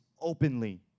openly